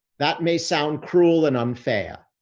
that may sound cruel and unfair.